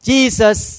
Jesus